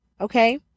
okay